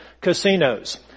casinos